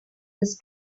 this